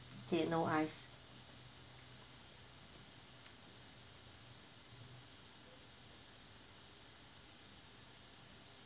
okay no ice